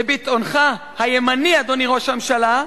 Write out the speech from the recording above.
לביטאונך הימני, אדוני ראש הממשלה,